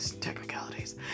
technicalities